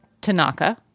Tanaka